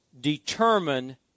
determine